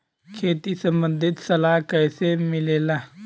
खेती संबंधित सलाह कैसे मिलेला?